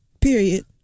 period